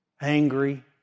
angry